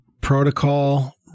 protocol